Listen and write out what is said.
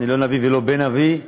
אני לא נביא ולא בן נביא,